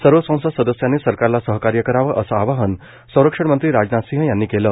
सर्व संसद सदस्यांनी सरकारला सहकार्य करावं असं आवाहन संरक्षणमंत्री राजनाथ सिंह यांनी केलं